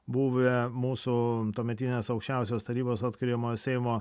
buvę mūsų tuometinės aukščiausios tarybos atkuriamojo seimo